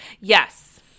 yes